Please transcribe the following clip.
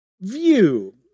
view